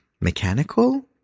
mechanical